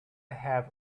have